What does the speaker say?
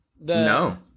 No